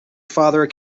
father